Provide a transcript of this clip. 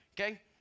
okay